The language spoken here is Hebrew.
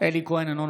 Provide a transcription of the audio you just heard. אלי כהן,